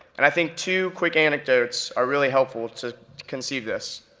and i think two quick anecdotes are really helpful to conceive this.